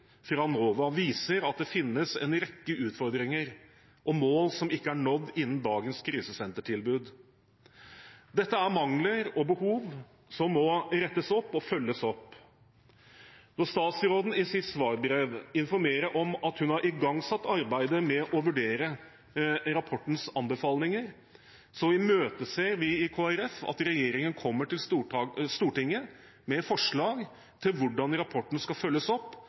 fra NOVA viser at det finnes en rekke utfordringer og mål som ikke er nådd innen dagens krisesentertilbud. Dette er mangler og behov som må rettes opp og følges opp. Når statsråden i sitt svarbrev informerer om at hun har igangsatt arbeidet med å vurdere rapportens anbefalinger, imøteser vi i Kristelig Folkeparti at regjeringen kommer til Stortinget med forslag til hvordan rapporten skal følges opp